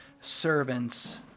servants